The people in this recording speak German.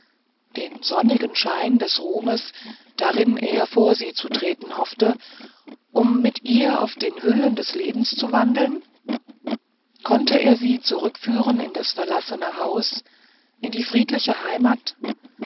den sonnigen schein des ruhmes darin er vor sie zu treten hoffte um mit ihr auf den höhen des lebens zu wandeln konnte er sie zurückführen in das verlassene haus in die friedliche heimat